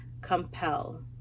compel